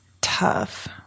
tough